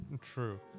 True